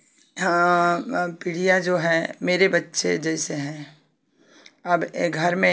हाँ जो है मेरे बच्चे जैसे हैं अब एक घर में